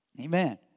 Amen